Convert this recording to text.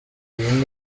iyi